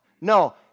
No